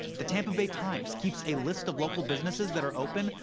the tampa bay times keeps a list of local businesses that are open,